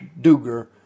Duger